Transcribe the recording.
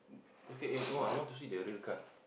later eh no I want to see the real card